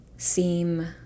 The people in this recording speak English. seem